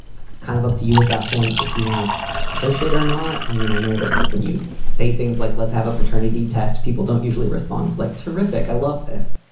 it's kind of up to you at that point if you want to push it or not. i mean, i know that, like, when you say things like let's have a paternity test. people don't usually responds like, terrific. i love this.